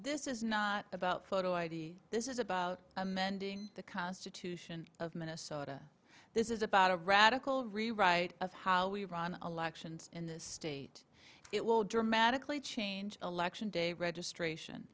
this is not about photo id this is about amending the constitution of minnesota this is about a radical rewrite of how we run elections in this state it will dramatically change election day registration